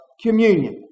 communion